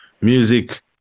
music